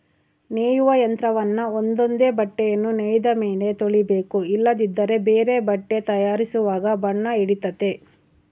ನೇಯುವ ಯಂತ್ರವನ್ನ ಒಂದೊಂದೇ ಬಟ್ಟೆಯನ್ನು ನೇಯ್ದ ಮೇಲೆ ತೊಳಿಬೇಕು ಇಲ್ಲದಿದ್ದರೆ ಬೇರೆ ಬಟ್ಟೆ ತಯಾರಿಸುವಾಗ ಬಣ್ಣ ಹಿಡಿತತೆ